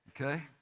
Okay